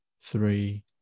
three